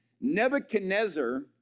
nebuchadnezzar